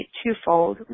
twofold